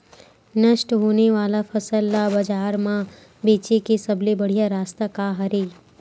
नष्ट होने वाला फसल ला बाजार मा बेचे के सबले बढ़िया रास्ता का हरे?